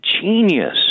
genius